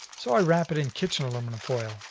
so i wrap it in kitchen aluminum foil,